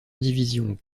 division